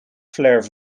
flair